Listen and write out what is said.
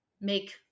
make